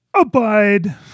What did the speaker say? Abide